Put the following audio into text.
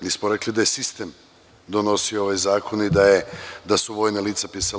Nismo rekli da je sistem donosio ovaj zakon i da su vojna lica pisala…